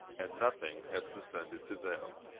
and nothing has descended to them.